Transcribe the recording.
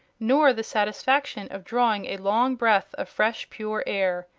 nor the satisfaction of drawing a long breath of fresh, pure air.